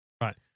right